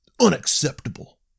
Unacceptable